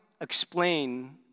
explain